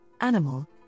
animal